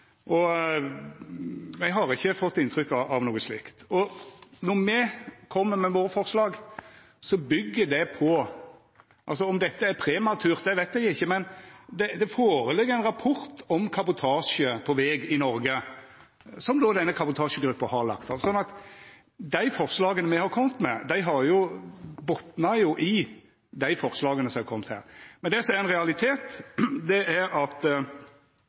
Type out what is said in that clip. og eg har ikkje fått inntrykk av noko slikt. Når me kjem med våre forslag, byggjer det på – om dette er prematurt, veit eg ikkje – at det ligg føre ein rapport om kabotasje på veg i Noreg, som denne kabotasjegruppa har lagt fram. Dei forslaga me har kome med, botnar i dei forslaga som har kome her. Det som er ein realitet, er at